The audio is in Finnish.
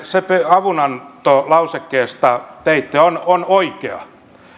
avunantolausekkeesta teitte on on oikea